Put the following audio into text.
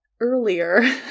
earlier